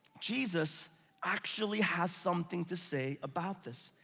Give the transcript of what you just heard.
jesus actually has something to say about this.